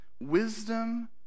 wisdom